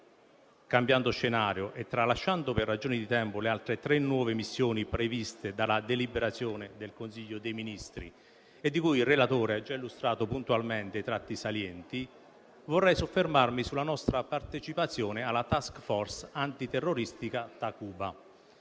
Cambiando scenario e tralasciando per ragioni di tempo le altre tre nuove missioni previste dalla deliberazione del Consiglio dei ministri e di cui il relatore ha già illustrato puntualmente i tratti salienti, vorrei soffermarmi sulla nostra partecipazione alla *task force* antiterroristica Takuba,